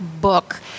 book